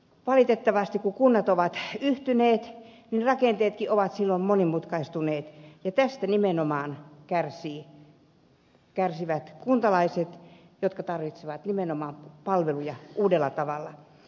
valitettavasti kun kunnat ovat yhtyneet niin rakenteetkin ovat silloin monimutkaistuneet ja tästä nimenomaan kärsivät kuntalaiset jotka tarvitsevat palveluja uudella tavalla